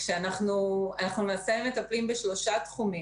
אנחנו מטפלים בשלושה תחומים.